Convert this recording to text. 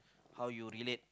how you relate